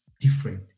Different